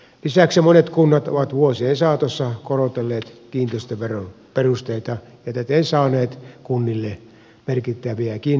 lisäksi monet kunnat ovat vuosien saatossa korotelleet kiinteistöveron perusteita ja täten saaneet kunnille merkittäviäkin lisätuloja